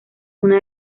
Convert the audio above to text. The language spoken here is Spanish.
una